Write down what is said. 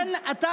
אוקיי.